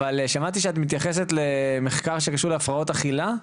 אבל שמעתי שאת מתייחסת למחקר שקשור להפרעות אכילה,